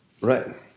Right